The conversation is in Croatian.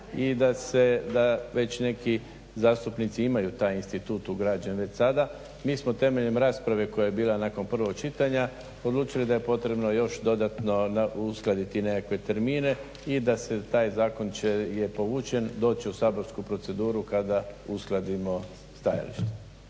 i da već neki zastupnici imaju taj institut ugrađen već sada. Mi smo temeljem rasprave koja je bila nakon prvog čitanja odlučili da je potrebno još dodatno uskladiti nekakve termine i da taj zakon je povučen. Doći će u saborsku proceduru kada uskladimo stajališta.